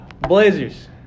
Blazers